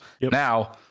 Now